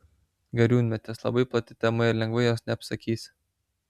gariūnmetis labai plati tema ir lengvai jos neapsakysi